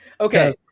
Okay